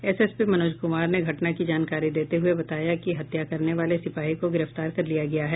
SSP Manoj Kumar ने घटना की जानकारी देते हये बताया कि हत्या करने वाले सिपाही को गिरफ्तार कर लिया गया है